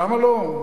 למה לא?